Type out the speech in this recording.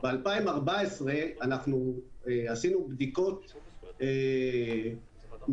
ב-2014 אנחנו עשינו בדיקות משלוחים.